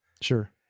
Sure